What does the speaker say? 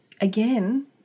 again